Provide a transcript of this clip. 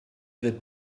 wird